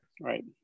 right